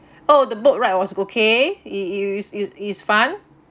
oh the boat ride was okay it it is it is fun